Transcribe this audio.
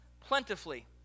plentifully